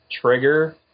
trigger